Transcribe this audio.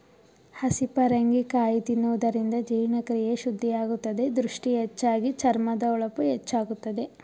ಹಸಿ ಪರಂಗಿ ಕಾಯಿ ತಿನ್ನುವುದರಿಂದ ಜೀರ್ಣಕ್ರಿಯೆ ಶುದ್ಧಿಯಾಗುತ್ತದೆ, ದೃಷ್ಟಿ ಹೆಚ್ಚಾಗಿ, ಚರ್ಮದ ಹೊಳಪು ಹೆಚ್ಚಾಗುತ್ತದೆ